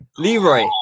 Leroy